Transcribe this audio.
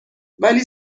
ولی